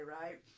right